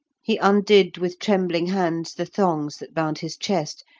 he undid with trembling hands the thongs that bound his chest,